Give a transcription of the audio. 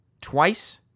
twice